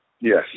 Yes